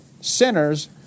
sinners